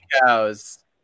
cows